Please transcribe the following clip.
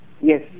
Yes